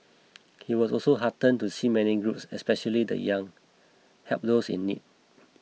he was also heartened to see many groups especially the young help those in need